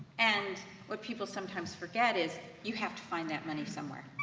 and what people sometimes forget is, you have to find that money somewhere.